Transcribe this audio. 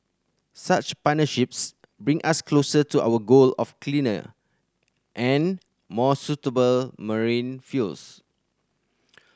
such partnerships bring us closer to our goal of cleaner and more sustainable marine fuels